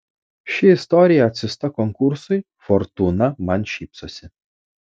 ši istorija atsiųsta konkursui fortūna man šypsosi